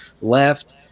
left